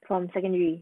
from secondary